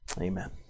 Amen